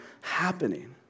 happening